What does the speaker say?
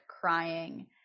crying